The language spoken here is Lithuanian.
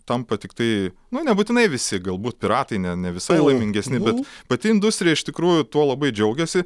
tampa tiktai nu nebūtinai visi galbūt piratai ne ne visai laimingesni bet pati industrija iš tikrųjų tuo labai džiaugiasi